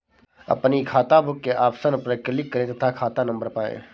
अपनी खाताबुक के ऑप्शन पर क्लिक करें तथा खाता नंबर पाएं